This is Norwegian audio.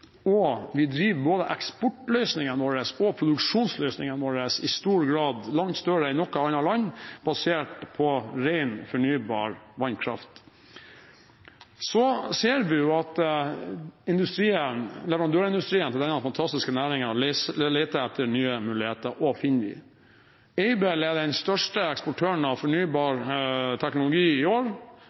og eksportløsningene og produksjonsløsningene våre er i langt større grad enn i noe annet land basert på ren, fornybar vannkraft. Vi ser at leverandørindustrien til denne fantastiske næringen leter etter nye muligheter og finner dem. Aibel er den største eksportøren av fornybar teknologi i år,